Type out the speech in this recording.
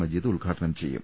മജീദ് ഉദ്ഘാടനം ചെയ്യും